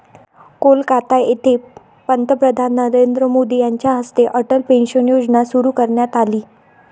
कोलकाता येथे पंतप्रधान नरेंद्र मोदी यांच्या हस्ते अटल पेन्शन योजना सुरू करण्यात आली